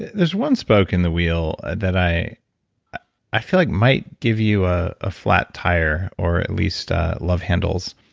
there's one spoke in the wheel that i i feel like might give you a ah flat tire, or at least love handles.